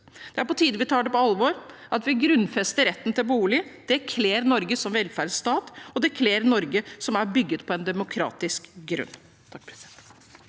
Det er på tide at vi tar det på alvor, og at vi grunnlovfester retten til bolig. Det kler Norge som velferdsstat, og det kler et Norge som er bygget på demokratisk grunn.